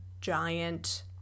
giant